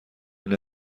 این